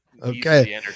okay